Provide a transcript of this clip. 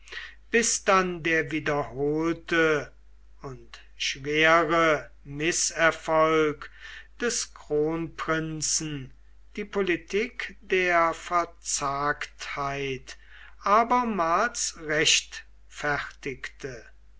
bis dann der wiederholte und schwere mißerfolg des kronprinzen die politik der verzagtheit abermals rechtfertigte